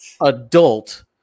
adult